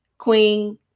Queen